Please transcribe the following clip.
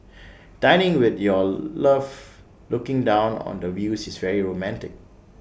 dining with your love looking down on the views is very romantic